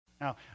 Now